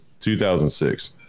2006